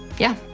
yeah,